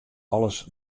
alles